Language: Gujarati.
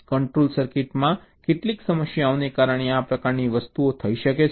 કંટ્રોલ સર્કિટમાં કેટલીક સમસ્યાઓને કારણે આ પ્રકારની વસ્તુઓ થઈ શકે છે